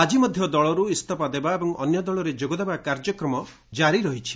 ଆଜି ମଧ୍ଧ ଦଳରୁ ଇସ୍ତଫା ଦେବା ଏବଂ ଅନ୍ୟ ଦଳରେ ଯୋଗଦେବା କାର୍ଯ୍ୟକ୍ରମ ପୂର୍ବବତ୍ କାରି ରହିଛି